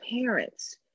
parents